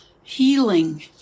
healing